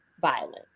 violence